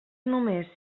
només